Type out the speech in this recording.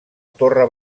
torre